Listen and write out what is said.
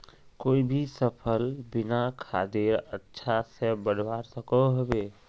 कोई भी सफल बिना खादेर अच्छा से बढ़वार सकोहो होबे?